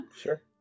Sure